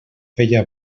feia